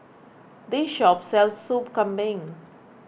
this shop sells Sop Kambing